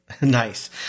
nice